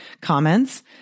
comments